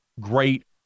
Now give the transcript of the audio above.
great –